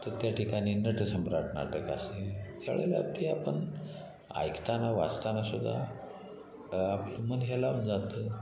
तर त्या ठिकाणी नटसम्राट नाटक असेल त्या वेळेला ते आपण ऐकताना वाचताना सुद्धा आपलं मन हेलावून जातं